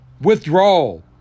withdrawal